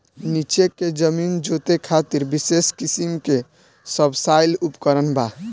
नीचे के जमीन जोते खातिर विशेष किसिम के सबसॉइल उपकरण बा